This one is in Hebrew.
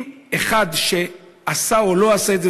אם אחד עשה את זה או לא עשה את זה,